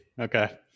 Okay